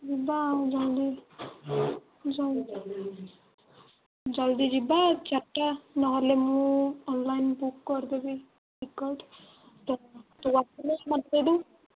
ଜଲ୍ଦି ଜଲ୍ଦି ଯିବା ଚାରଟା ନହେଲେ ମୁଁ ଅନଲାଇନ୍ ବୁକ୍ କରିଦେବି କୋଉଠି ପଡ଼ୁ